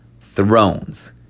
thrones